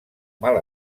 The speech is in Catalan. mal